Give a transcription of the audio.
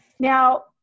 Now